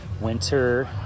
winter